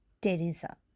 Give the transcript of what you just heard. Teresa